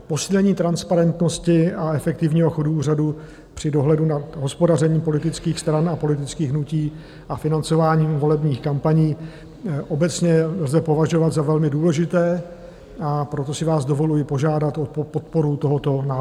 Posílení transparentnosti a efektivního chodu úřadu při dohledu nad hospodařením politických stran a politických hnutí a financování volebních kampaní obecně lze považovat za velmi důležité, a proto si vás dovoluji požádat o podporu tohoto návrhu.